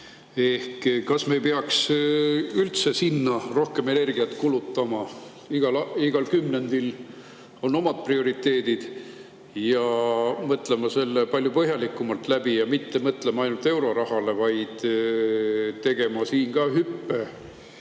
Kas me ei peaks üldse sinna rohkem energiat kulutama – igal kümnendil on omad prioriteedid – ja mõtlema selle palju põhjalikumalt läbi, mitte mõtlema ainult eurorahale, vaid tegema siin ka hüppe